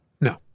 No